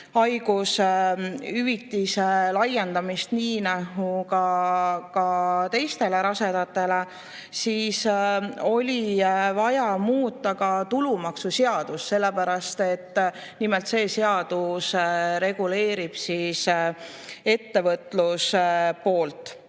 haigushüvitise laiendamist nii nagu ka teistele rasedatele, siis oli vaja muuta ka tulumaksuseadust, sellepärast et nimelt see seadus reguleerib ettevõtluse poolt.